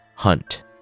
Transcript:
hunt